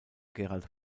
gerald